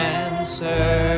answer